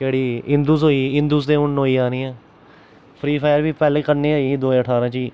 केह्ड़ी इंदुस होई गेई इंदुस ते हून नमीं आई ऐ फ्री फायर बी पैह्ले कन्नै आई गेई दो ज्हार ठारां च